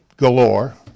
galore